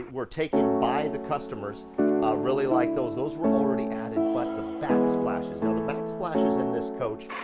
were taken by the customers. i really like those those were already added, but the backsplashes, now the backsplashes in this coach,